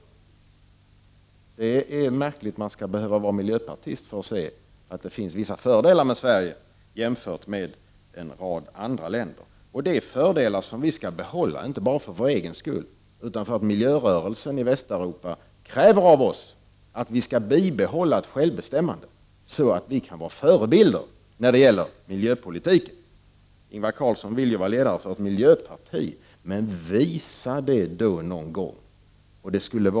Det är märkligt att man skall behöva vara miljöpartist för att kunna se att det finns vissa fördelar med Sverige jämfört med en rad andra länder. Det gäller då fördelar som vi skall behålla — inte bara för vår egen skull utan också för att miljörörelsen i Västeuropa kräver av oss att vi bibehåller ett självbestämmande, så att vi kan vara en förebild när det gäller miljöpolitiken. Ingvar Carlsson vill ju vara ledare för ett miljöparti. Visa det då någon gång!